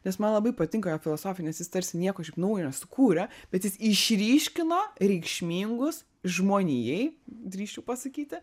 nes man labai patinka jo filosofija nes jis tarsi nieko šiaip naujo nesukūrė bet jis išryškino reikšmingus žmonijai drįsčiau pasakyti